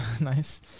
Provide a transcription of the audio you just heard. nice